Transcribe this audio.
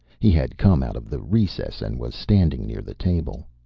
he had come out of the recess and was standing near the table.